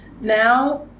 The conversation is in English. Now